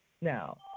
Now